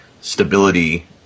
stability